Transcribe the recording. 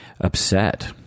upset